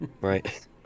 right